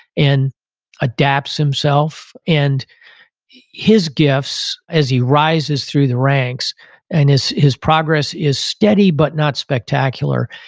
and adapts himself, and his gifts as he rises through the ranks and his his progress is steady but not spectacular.